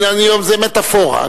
זו מטאפורה,